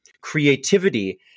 creativity